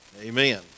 Amen